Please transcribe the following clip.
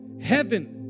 heaven